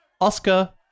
Oscar